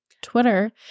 Twitter